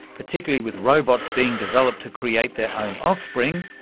particularly with robots being developed to create their own offspring,